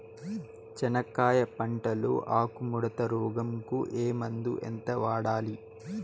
చెనక్కాయ పంట లో ఆకు ముడత రోగం కు ఏ మందు ఎంత వాడాలి?